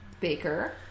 Baker